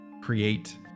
create